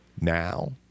now